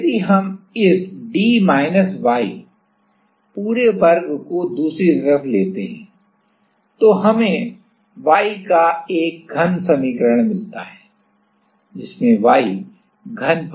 अब यदि हम इस d माइनस y पूरे वर्ग को दूसरी तरफ लेते हैं तो हमें y का एक घन समीकरण मिलता है जिसमें y घन पद होगा